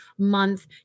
month